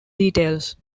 details